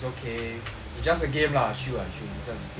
it's just a game lah chill lah chill it's just a game